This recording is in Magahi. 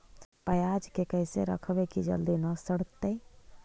पयाज के कैसे रखबै कि जल्दी न सड़तै?